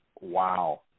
Wow